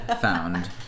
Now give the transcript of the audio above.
Found